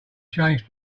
change